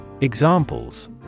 Examples